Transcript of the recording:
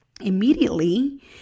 immediately